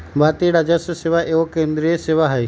भारतीय राजस्व सेवा एगो केंद्रीय सेवा हइ